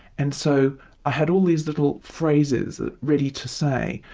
and so i had all these little phrases ah ready to say,